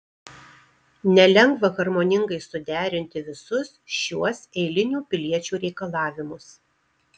nelengva harmoningai suderinti visus šiuos eilinių piliečių reikalavimus